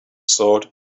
sort